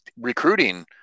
recruiting